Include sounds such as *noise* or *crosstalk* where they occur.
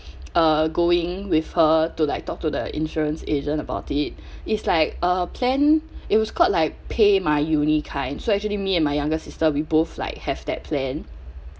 *breath* uh going with her to like talk to the insurance agent about *breath* is like a plan it was called like pay my uni kind so actually me and my younger sister we both like have that plan